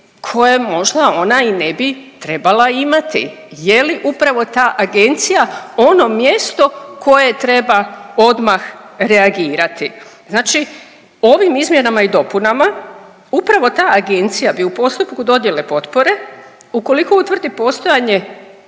koje možda ona i ne bi trebala imati. Je li upravo ta agencija ono mjesto koje treba odmah reagirati? Znači ovim izmjenama i dopunama upravo ta agencija bi u postupku dodjela potpore ukoliko utvrdi postojanje